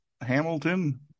Hamilton